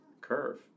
Curve